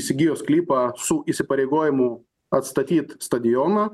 įsigijo sklypą su įsipareigojimu atstatyt stadioną